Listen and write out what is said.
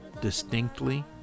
distinctly